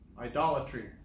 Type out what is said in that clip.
Idolatry